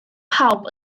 pawb